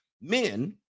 men